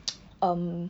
um